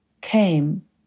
came